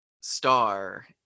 star